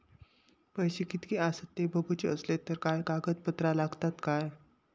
पैशे कीतके आसत ते बघुचे असले तर काय कागद पत्रा लागतात काय?